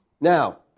Now